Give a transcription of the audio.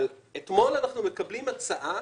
אבל, אתמול קיבלנו הצעה